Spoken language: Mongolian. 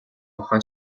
ухаан